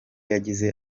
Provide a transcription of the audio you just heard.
yagize